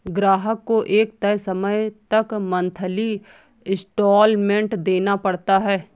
ग्राहक को एक तय समय तक मंथली इंस्टॉल्मेंट देना पड़ता है